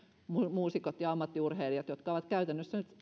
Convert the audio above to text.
muusikot ja ammattiurheilijat jotka ovat nyt käytännössä